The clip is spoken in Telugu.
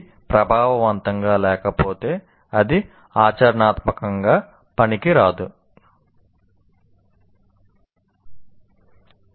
ఇది ప్రభావవంతంగా లేకపోతే అది ఆచరణాత్మకంగా పనికిరానిది